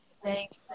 Thanks